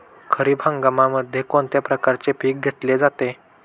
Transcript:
खरीप हंगामामध्ये कोणत्या प्रकारचे पीक घेतले जाते?